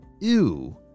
Ew